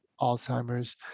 Alzheimer's